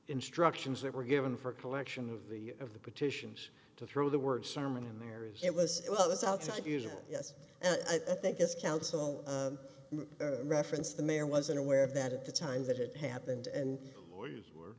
instructions that were given for collection of the of the petitions to throw the word sermon in there is it was well that's outside usual yes i think it's counsel reference the mayor wasn't aware of that at the time that it happened and we were